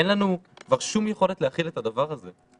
אין לנו כבר שום יכולת להכיל את הדבר הזה,